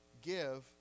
give